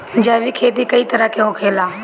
जैविक खेती कए तरह के होखेला?